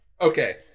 okay